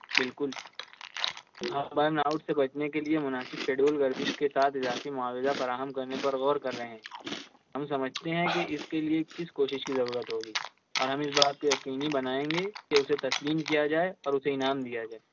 بالکل half burnout سے بچنے کے لیے مُناسب شیڈیول ورزش کے ساتھ اضافی معاوضہ فراہم کرنے پر غور کر رہے ہیں ہم سمجھتے ہیں کہ اِس کے لیے کس کوشش کی ضرورت ہوگی اور ہم اِس بات کو یقینی بنائیں گے کہ اُسے تسلیم کیا جائے اور اُسے انعام دیا جائے